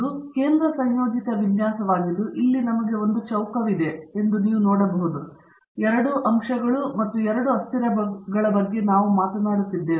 ಇದು ಕೇಂದ್ರ ಸಂಯೋಜಿತ ವಿನ್ಯಾಸವಾಗಿದ್ದು ಇಲ್ಲಿ ನಮಗೆ ಒಂದು ಚೌಕವಿದೆ ಎಂದು ನೀವು ನೋಡಬಹುದು ನಾವು 2 ಅಂಶಗಳು 2 ಅಸ್ಥಿರ ಬಗ್ಗೆ ಮಾತನಾಡುತ್ತಿದ್ದೇವೆ